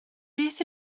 beth